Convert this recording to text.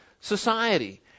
society